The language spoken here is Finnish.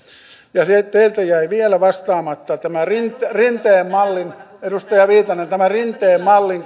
ja teiltä jäi vielä vastaamatta tämän rinteen mallin edustaja viitanen tämän rinteen mallin